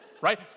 Right